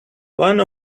one